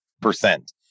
percent